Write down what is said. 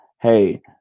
hey